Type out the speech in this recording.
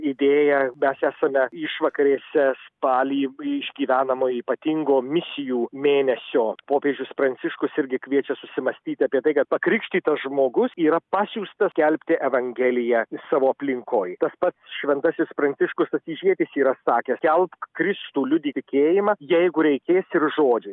idėja mes esame išvakarėse spaly išgyvenamoj ypatingo misijų mėnesio popiežius pranciškus irgi kviečia susimąstyti apie tai kad pakrikštytas žmogus yra pasiųstas skelbti evangeliją savo aplinkoj tas pats šventasis pranciškus asyžietis yra sakęs skelbk kristų liudyt tikėjimą jeigu reikės ir žodžiai